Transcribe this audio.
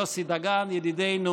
יוסי דגן ידידנו,